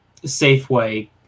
Safeway